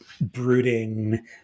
brooding